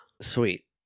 Sweet